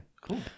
Cool